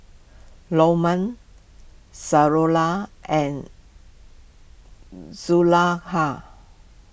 Lokman Suraya and Zulaikha